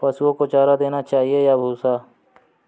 पशुओं को चारा देना चाहिए या भूसा?